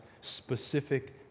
specific